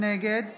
נגד